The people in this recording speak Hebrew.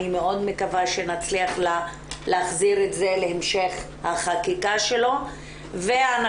אני מאוד מקווה שנצליח להחזיר את זה להמשך החקיקה שלו ואנחנו